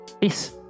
peace